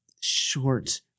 short